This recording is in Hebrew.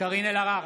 קארין אלהרר,